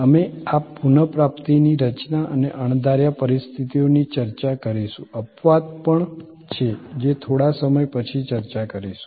અમે આ પુનઃપ્રાપ્તિની રચના અને અણધાર્યા પરિસ્થિતિઓની ચર્ચા કરીશું અપવાદ પણ છે જે થોડા સમય પછી ચર્ચા કરીશું